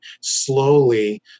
slowly